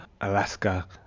Alaska